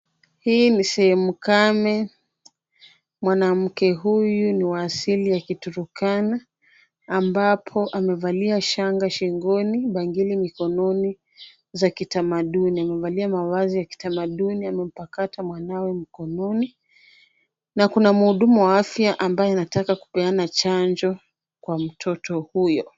Hii ni sehemu kame. Mwanamke huyu ni wa asili ya Kiturukana, ambapo amevalia shanga shingoni, bangili mikononi, za kitamaduni amevalia mavazi ya kitamaduni amempakata mwanawe mkononi. Na kuna mhudumu wa afya ambaye anataka kupeana chanjo kwa mtoto huyo.